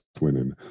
winning